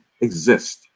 exist